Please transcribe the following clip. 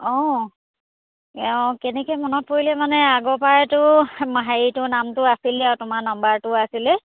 অঁ অ কেনেকৈ মনত পৰিলে মানে আগৰপৰাতো হেৰিটো নামটো আছিলে আৰু তোমাৰ নাম্বাৰটো আছিলে